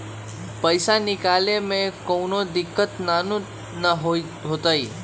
पईसा निकले में कउनो दिक़्क़त नानू न होताई?